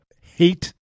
hate